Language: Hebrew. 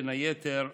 בין היתר,